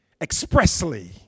expressly